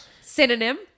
synonym